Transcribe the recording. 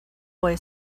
boy